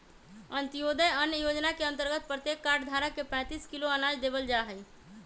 अंत्योदय अन्न योजना के अंतर्गत प्रत्येक कार्ड धारक के पैंतीस किलो अनाज देवल जाहई